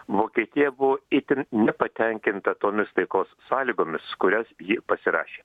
vokietija buvo itin nepatenkinta tomis taikos sąlygomis kurias ji pasirašė